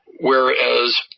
whereas